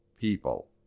people